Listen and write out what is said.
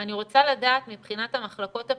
אני רוצה לדעת מבחינת המחלקות הפנימיות,